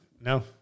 No